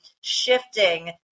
shifting